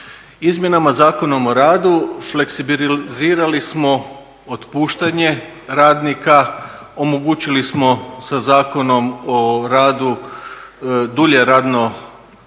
Izmjenama Zakona o radu fleksibilizirali smo otpuštanje radnika, omogućili smo sa Zakonom o radu dulje radno vrijeme